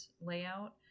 layout